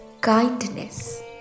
kindness